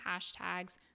hashtags